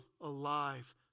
alive